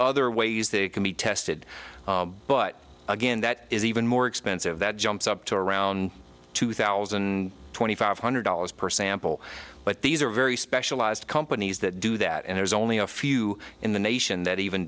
other ways they can be tested but again that is even more expensive that jumps up to around two thousand twenty five hundred dollars per sample but these are very specialized companies that do that and there's only a few in the nation that even